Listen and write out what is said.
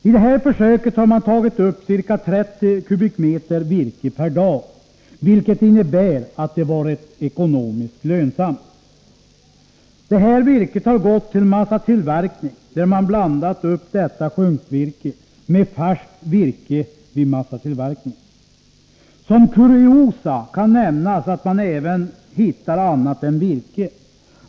I det här försöket har man tagit upp ca 30 m?/dag, vilket innebär att det varit ekonomiskt lönsamt. Sjunkvirket har gått till massatillverkning, där man blandat upp det med färskt virke. Som kuriosa kan nämnas att man även hittar annat än virke.